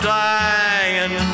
dying